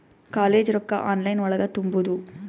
College ರೊಕ್ಕ online ಒಳಗ ತುಂಬುದು?